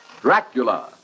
Dracula